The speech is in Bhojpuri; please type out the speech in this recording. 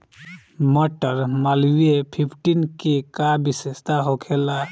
मटर मालवीय फिफ्टीन के का विशेषता होखेला?